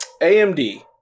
AMD